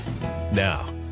Now